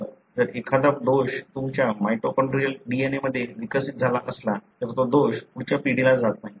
तर जर एखादा दोष तुमच्या माइटोकॉन्ड्रियल DNA मध्ये विकसित झाला असला तर तो दोष पुढच्या पिढीला जात नाही